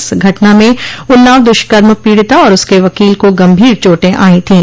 इस घटना में उन्नाव द्वष्कर्म पीडिता और उसके वकील को गंभीर चोटें आई थीं